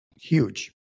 Huge